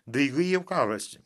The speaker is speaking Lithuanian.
daigai jau kalasi